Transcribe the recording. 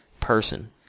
person